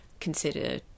consider